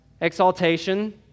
exaltation